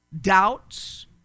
doubts